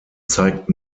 zeigt